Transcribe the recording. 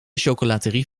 chocolaterie